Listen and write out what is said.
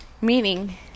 Meaning